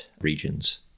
regions